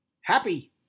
happy